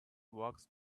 walks